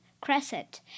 Crescent